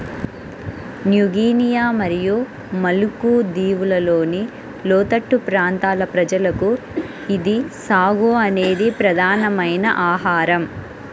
new Guinea మరియు Maluku దీవులలోని లోతట్టు ప్రాంతాల ప్రజలకు ఇది సాగో అనేది ప్రధానమైన ఆహారం